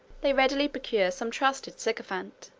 they readily procure some trusty sycophant,